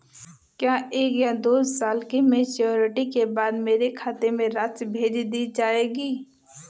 क्या एक या दो साल की मैच्योरिटी के बाद मेरे खाते में राशि भेज दी जाएगी?